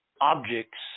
objects